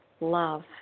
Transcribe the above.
love